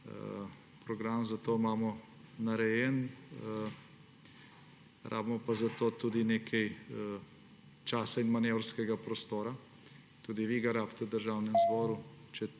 Program za to imamo narejen. Rabimo pa za to tudi nekaj časa in manevrskega prostora. Tudi vi ga rabite v Državnem zboru,